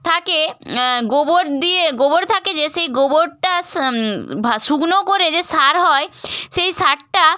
থাকে গোবর দিয়ে গোবর থাকে যে সেই গোবরটা ভা শুকনো করে যে সার হয় সেই সারটা